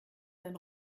sein